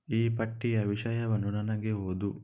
ಈ ಪಟ್ಟಿಯ ವಿಷಯವನ್ನು ನನಗೆ ಓದು